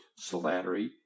Slattery